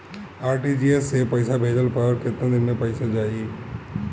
RTGS से पईसा भेजला पर केतना दिन मे पईसा जाई?